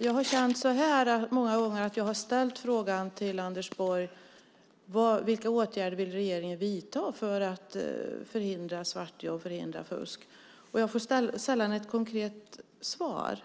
Jag har många gånger känt att jag har ställt frågan till Anders Borg om vilka åtgärder regeringen vill vidta för att förhindra svartjobb och fusk men att jag sällan fått ett konkret svar.